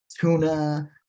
tuna